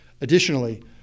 Additionally